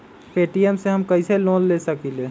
Paytm से हम कईसे लोन ले सकीले?